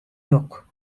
yok